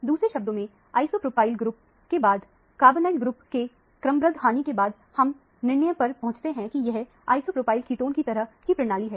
दूसरे शब्दों में आइसोप्रोपाइल ग्रुप के बाद कार्बोनाइल ग्रुप के क्रमबद्ध हानि के बाद इस निर्णय पर पहुंचते हैं कि यह एक आइसोप्रोपाइल कीटोन की तरह की प्रणाली है